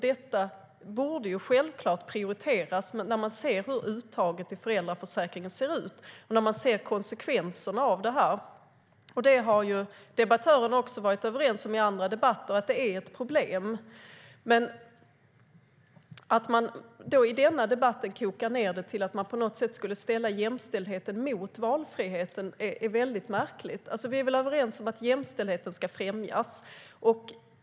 Detta borde självklart prioriteras när man ser hur uttaget i föräldraförsäkringen ser ut och konsekvenserna. Debattörer i andra debatter har varit överens om att det är ett problem. Att i denna debatt koka ned till att jämställdhet ställs mot valfrihet är märkligt. Vi är väl överens om att jämställdhet ska främjas.